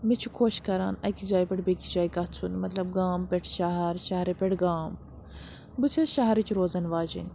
مےٚ چھُ خۄش کَران أکِس جایہِ پٮ۪ٹھ بیٚکِس جایہِ گژھُن مطلب گام پٮ۪ٹھ شَہر شَہرٕ پٮ۪ٹھ گام بہٕ چھَس شَہرٕچ روزَن واجیٚنۍ